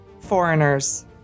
Foreigners